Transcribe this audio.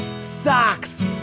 Socks